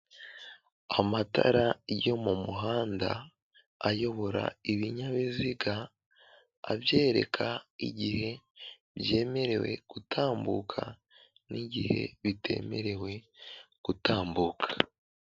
Amatara yo mu muhanda ayobora ibinyabiziga abyereka igihe byemerewe gutambuka n'igihe bitemerewe gutambuka.